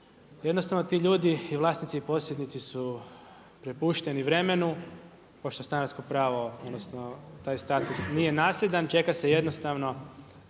Jednostavno ti ljudi i vlasnici posjednici su prepušteni vremenu, pošto stanarsko pravo odnosno taj status nije nasljedan, čeka se jednostavno